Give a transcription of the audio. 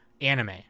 anime